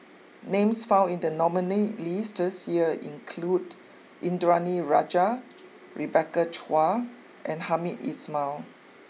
names found in the nominee list this year include Indranee Rajah Rebecca Chua and Hamed Ismail